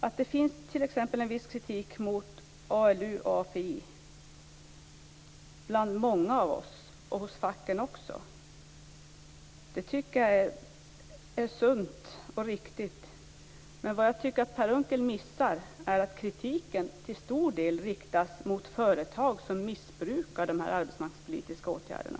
Att det t.ex. finns en viss kritik mot ALU och API bland många av oss och också hos facken tycker jag är sunt och riktigt, men vad jag tycker att Per Unckel missar är att kritiken till stor del riktas mot företag som missbrukar de arbetsmarknadspolitiska åtgärderna.